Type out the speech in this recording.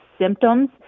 symptoms